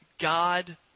God